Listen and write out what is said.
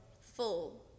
full